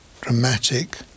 dramatic